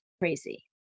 crazy